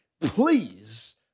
please